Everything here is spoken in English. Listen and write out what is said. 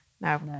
No